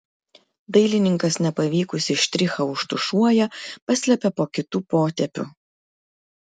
dailininkas nepavykusį štrichą užtušuoja paslepia po kitu potėpiu